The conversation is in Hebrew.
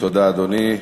תודה, אדוני.